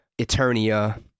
Eternia